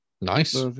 Nice